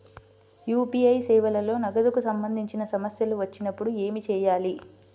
UPI సేవలలో నగదుకు సంబంధించిన సమస్యలు వచ్చినప్పుడు ఏమి చేయాలి?